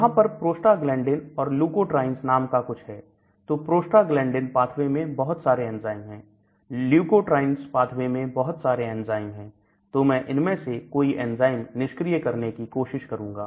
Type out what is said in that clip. वहां पर प्रोस्टाग्लैंडइन और लुकोट्राइन्स नाम का कुछ है तो प्रोस्टाग्लैंडइन पाथवे में बहुत सारे एंजाइम्स हैं लुकोट्राइन्स पाथवे में बहुत सारे एंजाइम हैं तो मैं इनमें से कोई एंजाइम निष्क्रिय करने की कोशिश करूंगा